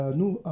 nous